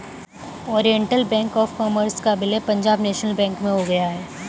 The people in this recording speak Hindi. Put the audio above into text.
ओरिएण्टल बैंक ऑफ़ कॉमर्स का विलय पंजाब नेशनल बैंक में हो गया है